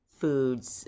foods